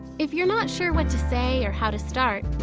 if you're not sure what to say or how to start,